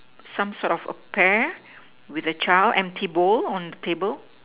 some sort of a pear with a child empty bowl on the table